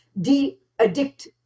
de-addict